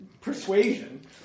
persuasion